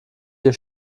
hier